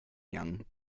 young